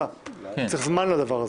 צריך זמן לדבר הזה.